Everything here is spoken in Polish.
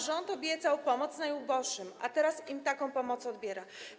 Rząd obiecał pomoc najuboższym, a teraz im taką pomoc odbiera.